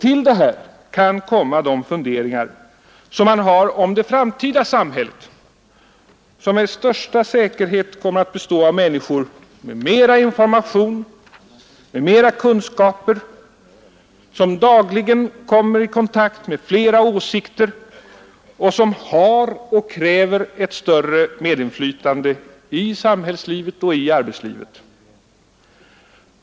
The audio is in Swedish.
Till detta kan komma de funderingar som man har om det framtida samhället, som med största säkerhet kommer att bestå av människor som fått mera information, mera kunskaper, som dagligen kommer i kontakt med flera åsikter och som har och kräver ett större medinflytande i samhällslivet och i arbetslivet.